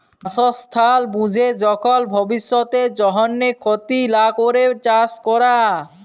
বাসস্থাল বুঝে যখল ভব্যিষতের জন্হে ক্ষতি লা ক্যরে চাস ক্যরা